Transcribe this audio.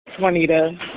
Juanita